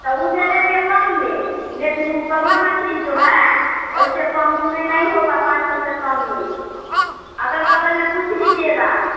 तो ऊ दे देंगे कम में लेकिन ऊ पंगा मछली जो है उससे कम में नहीं होगा पाँच सौ से कम में अगल बगल में पूछ लीजिएगा